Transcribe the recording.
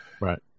Right